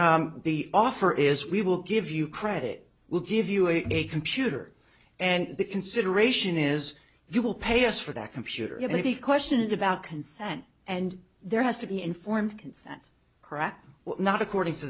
the offer is we will give you credit we'll give you a a computer and the consideration is if you will pay us for that computer it'll be questions about consent and there has to be informed consent cracked or not according to